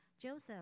Joseph